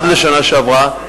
עד השנה שעברה,